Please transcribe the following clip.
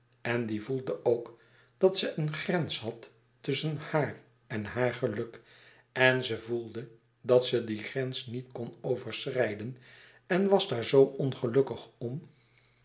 en die voelde ok dat ze een grens had tusschen haar en haar geluk en ze voelde dat ze dien grens niet kon overschrijden en was daar zoo ongelukkig om